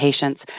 patients